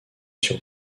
sur